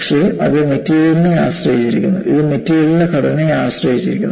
പക്ഷേ അത് മെറ്റീരിയലിനെ ആശ്രയിച്ചിരിക്കുന്നു ഇത് മെറ്റീരിയലിന്റെ ഘടനയെ ആശ്രയിച്ചിരിക്കുന്നു